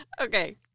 Okay